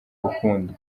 ukundi